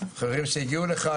חברים שהגיעו לכאן,